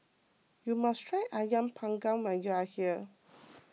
you must try Ayam Panggang when you are here